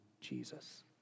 Jesus